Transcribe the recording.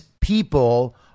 people